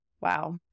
Wow